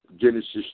Genesis